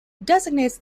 designates